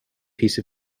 piece